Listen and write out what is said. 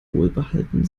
wohlbehalten